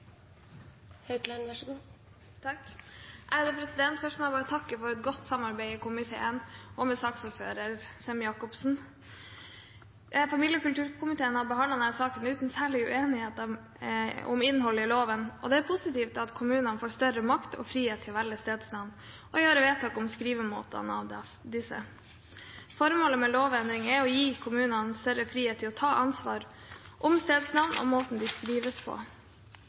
Først må jeg bare takke for et godt samarbeid i komiteen og med saksordfører Sem-Jacobsen. Familie- og kulturkomiteen har behandlet denne saken uten særlig uenigheter om innholdet i loven. Det er positivt at kommunene får større makt og frihet til å velge stedsnavn og gjøre vedtak om skrivemåtene av disse. Formålet med lovendringen er å gi kommunene større frihet til å ta avgjørelser om stedsnavn og måten de skrives på.